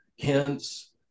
Hence